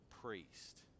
priest